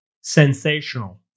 Sensational